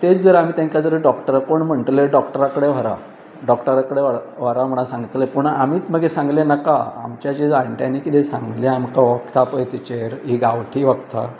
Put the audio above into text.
तेंच जर आमी तेंकां जर डॉक्टर कोण म्हणटले डॉक्टरा कडेन व्हरा डॉक्टरा कडेन व व्हरा म्हणून सांगतलें पूण आमीच मागीर सांगलें नाका आमच्या जे जाणट्यांनी कितें सांगलें आमकां वखदां पळय तेचेर ही गांवठी वखदां